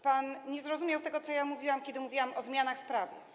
Pan nie zrozumiał tego, co mówiłam, kiedy mówiłam o zmianach w prawie.